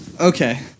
Okay